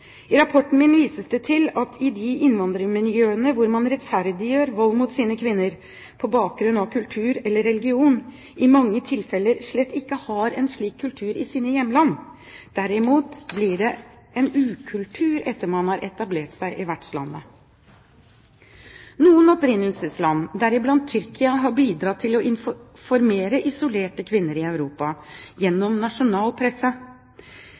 I rapporten min vises det til at de innvandrermiljøene hvor man «rettferdiggjør» vold mot sine kvinner på bakgrunn av kultur eller religion, i mange tilfeller slett ikke har kultur for slikt i sine hjemland. Derimot blir det en ukultur etter at man har etablert seg i vertslandet. Noen opprinnelsesland, deriblant Tyrkia, har bidratt til å informere isolerte kvinner i Europa gjennom nasjonal presse,